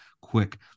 Quick